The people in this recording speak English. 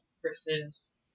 versus